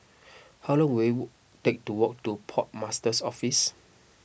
how long will take to walk to Port Master's Office